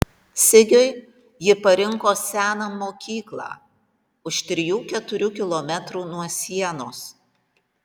sigiui ji parinko seną mokyklą už trijų keturių kilometrų nuo sienos